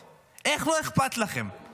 איך אתם נותנים לזה לקרות?